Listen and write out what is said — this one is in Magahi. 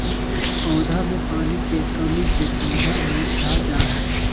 पौधा मे पानी के कमी से पौधा मुरझा जा हय